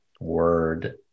word